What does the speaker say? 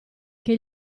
che